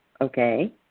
okay